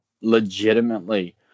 legitimately